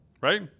right